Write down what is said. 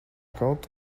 kaut